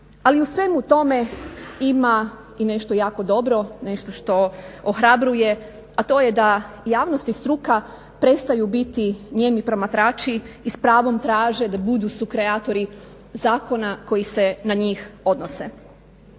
ali u svemu tome i nešto jako dobro, nešto što ohrabruje, a to je da javnost i struka prestaju biti nijemi promatrači i s pravom traže da budu sukreatori zakona koji se na njih odnose.